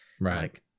Right